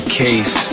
case